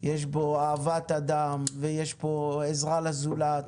יש בו אהבת אדם ועזרה לזולת.